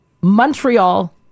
Montreal